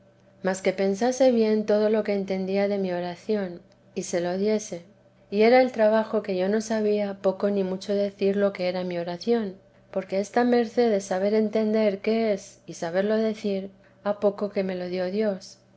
mas que pensase bien todo lo que entendía de mi oración y se lo dijese y era el trabajo que yo no sabía poco ni mucho decir lo que era mi oración porque esta merced de saber entender qué es y saberlo decir ha poco que me lo dio dios